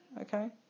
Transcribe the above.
Okay